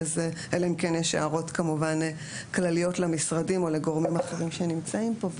אלא אם כן יש הערות כמובן כלליות למשרדים או לגורמים אחרים שנמצאים פה,